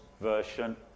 version